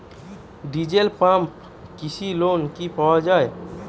Diesel pump কৃষি লোনে কি পাওয়া য়ায়?